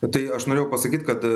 tai aš norėjau pasakyt kad